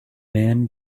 man